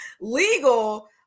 legal